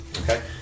Okay